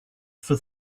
for